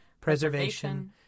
preservation